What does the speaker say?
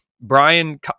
Brian